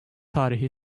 tarihi